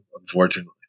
unfortunately